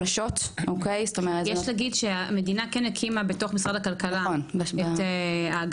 יש להגיד שהמדינה כן הקימה בתוך משרד הכלכלה את האגף.